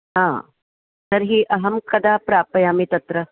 हा तर्हि अहं कदा प्रापयामि तत्र